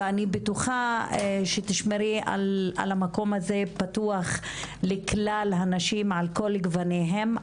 אני בטוחה שתשמרי על המקום הזה פתוח לכלל הנשים על כל גווניהן.